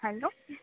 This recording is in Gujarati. હાલો